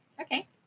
okay